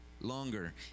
longer